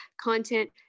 content